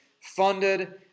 funded